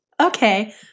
Okay